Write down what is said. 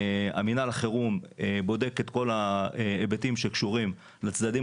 מינהל החירום בודק את כל ההיבטים שקשורים לצדדים